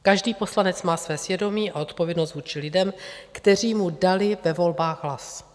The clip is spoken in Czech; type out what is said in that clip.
Každý poslanec má své svědomí a odpovědnost vůči lidem, kteří mu dali ve volbách hlas.